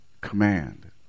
command